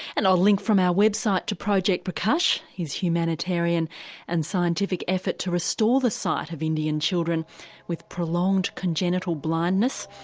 and i'll link from our website to project prakash, his humanitarian and scientific effort to restore the sight of indian children with prolonged congenital blindness.